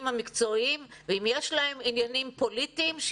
המקצועיים ואם יש להם עניינים פוליטיים,